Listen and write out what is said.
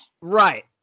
Right